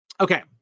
Okay